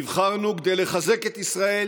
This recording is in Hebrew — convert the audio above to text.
נבחרנו כדי לחזק את ישראל